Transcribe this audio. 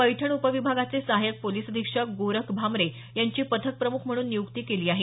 पैठण उपविभागाचे सहायक पोलिस अधीक्षक गोरख भामरे यांची पथक प्रमुख म्हणून नियुक्ती केली आहे